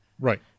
Right